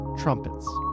Trumpets